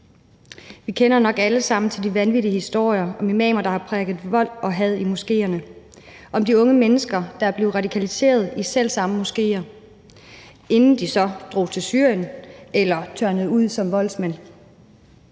Vi kender nok alle sammen til de vanvittige historier om imamer, der har prædiket vold og had i moskéerne; om de unge mennesker, der er blevet radikaliseret i selv samme moskéer, inden de så drog til Syrien eller tørnede ud som voldsmænd.